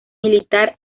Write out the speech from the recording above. militar